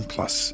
Plus